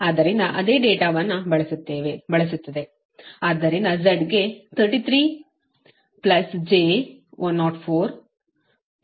ಆದ್ದರಿಂದ ಅದೇ ಡೇಟಾವನ್ನು ಬಳಸುತ್ತದೆ ಆದ್ದರಿಂದ Z ಗೆ 33 j104 109